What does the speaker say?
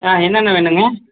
ஆ என்னென்ன வேணும்ங்க